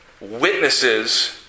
witnesses